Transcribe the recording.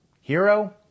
Hero